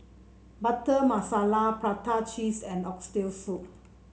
Butter Masala Prata Cheese and Oxtail Soup